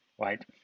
right